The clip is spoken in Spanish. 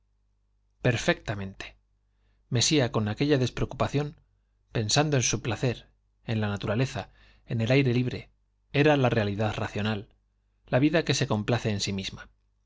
perfectamente mesía con aquella despreocupación pensando en su placer en la naturaleza en el aire libre era la realidad racional la vida que se complace en sí misma